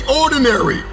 ordinary